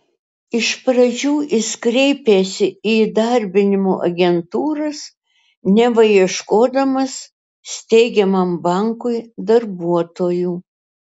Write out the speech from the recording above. iš pradžių jis kreipėsi į įdarbinimo agentūras neva ieškodamas steigiamam bankui darbuotojų